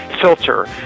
filter